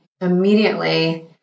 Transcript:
immediately